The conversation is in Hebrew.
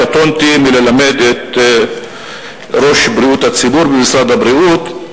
קטונתי מללמד את ראש שירותי בריאות הציבור במשרד הבריאות,